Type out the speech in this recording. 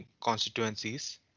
constituencies